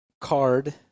card